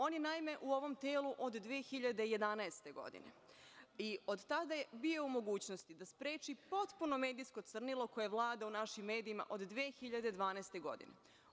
On je, naime, u ovom telu od 2011. godine, i od tada je bio u mogućnosti da spreči potpuno medijsko crnilo koje vlada u našim medijima od 2012. godine.